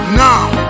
now